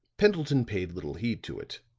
pendleton paid little heed to it.